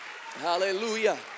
hallelujah